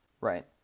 right